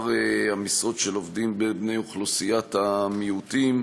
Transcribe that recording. המשרות של עובדים בני אוכלוסיית המיעוטים